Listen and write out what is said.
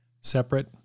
separate